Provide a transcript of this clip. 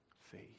Faith